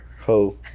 ho